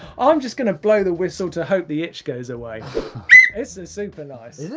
i'm just gonna blow the whistle to hope the itch goes away. this is super nice. is it?